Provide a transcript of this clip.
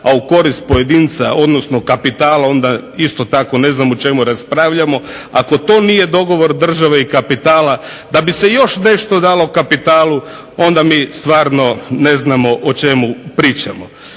a u korist pojedinca, odnosno kapitala onda isto tako ne znam o čemu raspravljamo. Ako to nije dogovor države i kapitala da bi se još nešto dalo kapitalu onda mi stvarno ne znamo o čemu pričamo.